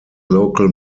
local